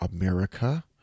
America